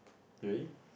really